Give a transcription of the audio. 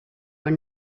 were